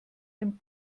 ein